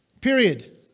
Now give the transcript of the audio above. Period